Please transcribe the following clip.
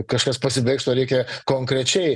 kažkas pasibaigs o reikia konkrečiai